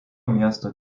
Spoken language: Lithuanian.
miesto